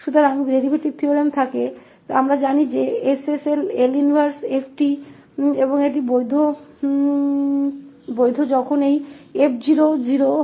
तो डेरीवेटिव प्रमेय से हम जानते हैं कि इनवर्स 𝑠𝐹𝑠 𝑓′𝑡 है और यह तब मान्य है जब यह 𝑓 0 है